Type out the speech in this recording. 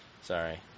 sorry